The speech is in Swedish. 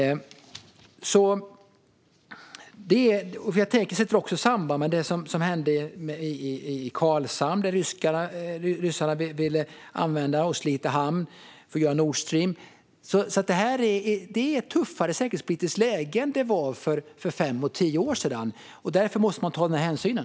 Det finns även ett samband med det som hände i Karlshamn och Slite, där ryssarna ville använde hamnarna för Nord Streams räkning. Vi har alltså ett tuffare säkerhetspolitiskt läge nu än för fem och tio år sedan. Därför måste man ta sådana hänsyn.